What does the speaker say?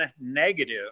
negative